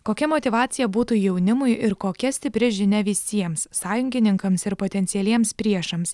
kokia motyvacija būtų jaunimui ir kokia stipri žinia visiems sąjungininkams ir potencialiems priešams